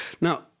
Now